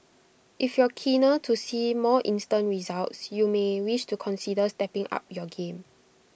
if you're keener to see more instant results you may wish to consider stepping up your game